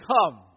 come